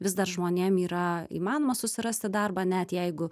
vis dar žmonėm yra įmanoma susirasti darbą net jeigu